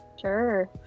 Sure